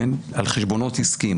על חשבונות עסקיים,